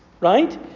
right